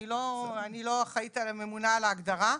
אני לא האחראית הממונה על ההגדרה.